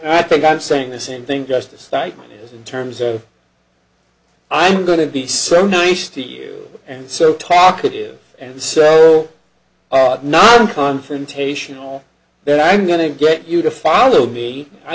i think i'm saying the same thing just a statement in terms of i'm going to be so nice to you and so talkative and so non confrontational that i'm going to get you to follow me i